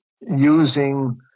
using